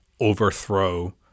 overthrow